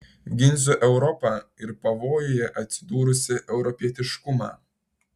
ginsiu europą ir pavojuje atsidūrusį europietiškumą